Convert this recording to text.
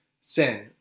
sin